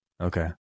Okay